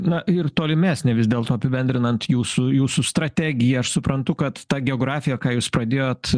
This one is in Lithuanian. na ir tolimesnė vis dėlto apibendrinant jūsų jūsų strategiją aš suprantu kad ta geografija ką jūs pradėjot